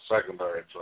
secondary